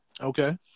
Okay